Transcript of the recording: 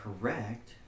correct